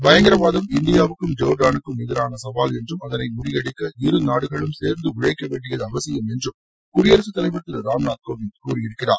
பயங்கரவாதம் இந்தியாவுக்கும் ஜோர்டானுக்கும் எதிரான சவால் என்றும் அதனை முறியடிக்க இரு நாடுகளும் சேர்ந்து உழைக்க வேண்டியது அவசியம் என்றும் குடியரசுத்தலைவர் திரு ராம்நாத்கோவிந்த் கூறியிருக்கிறார்